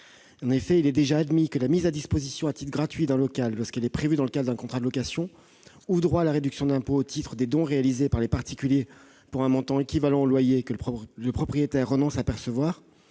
En effet, il est déjà admis que la mise à disposition à titre gratuit d'un local, lorsqu'elle est prévue dans le cadre d'un contrat de location, ouvre droit à la réduction d'impôt au titre des dons réalisés par les particuliers pour un montant équivalent au loyer que le propriétaire renonce à percevoir.